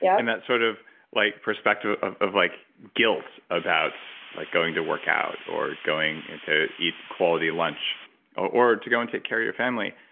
yeah and that sort of like perspective of of like guilt about like going to workout or going to eat quality lunch or to go and take care of your family.